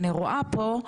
אני רואה פה,